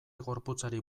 gorputzari